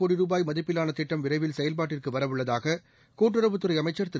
கோடி ரூபாய் மதிப்பிலான திட்டம் விரைவில் செயல்பாட்டுக்கு வரவுள்ளதாக கூட்டுறவுத்துறை அமைச்சர் திரு